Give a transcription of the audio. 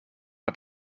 het